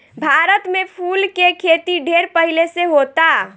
भारत में फूल के खेती ढेर पहिले से होता